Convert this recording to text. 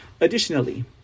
Additionally